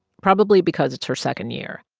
probably because it's her second year.